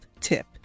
tip